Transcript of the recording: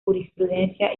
jurisprudencia